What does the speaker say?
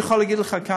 אני יכול להגיד לכם כאן,